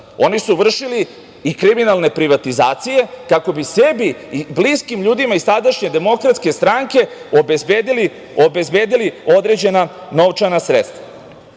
oni su vršili i kriminalne privatizacije, kako bi sebi i bliskim ljudima iz tadašnje Demokratske stranke obezbedili određena novčana sredstva. Zbog